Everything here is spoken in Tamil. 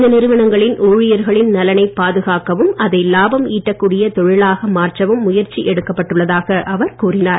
இந்த நிறுவனங்களின் ஊழிர்களின் நலனை பாதுகாக்கவும் அதை லாபம் ஈட்டக் கூடிய தொழிலாக மாற்றவும் முயற்சி எடுக்கப்பட்டுள்ளதாக அவர் கூறினார்